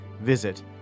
Visit